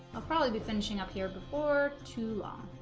ah probably be finishing up here before too long